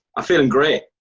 i'm feelin' great.